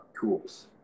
tools